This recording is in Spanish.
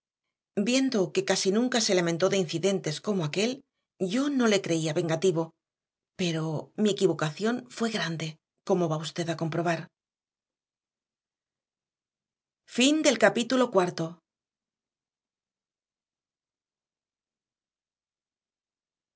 viendo que casi nunca se lamentó de incidentes como aquel yo no le creía vengativo pero mi equivocación fue grande como va usted a comprobar capítulo quinto